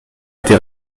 été